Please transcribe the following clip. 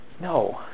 no